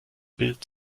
bild